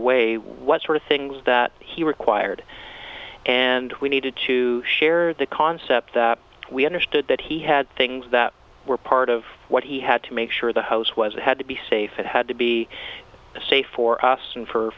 away what sort of things that he required and we needed to share the concept that we understood that he had things that were part of what he had to make sure the house was it had to be safe it had to be safe for us